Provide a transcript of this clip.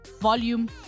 volume